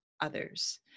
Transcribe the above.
others